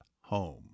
home